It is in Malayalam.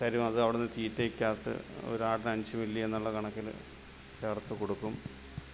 തരും അത് അവിടെനിന്ന് തീറ്റയ്ക്ക് അകത്ത് ഒരാറ് അഞ്ച് മില്ലി എന്നുള്ള കണക്കിൽ ചേർത്തു കൊടുക്കും